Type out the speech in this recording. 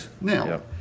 Now